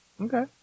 Okay